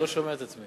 אני לא שומע את עצמי.